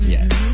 Yes